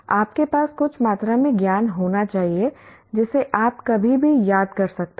आपके पास कुछ मात्रा में ज्ञान होना चाहिए जिसे आप कभी भी याद कर सकते हैं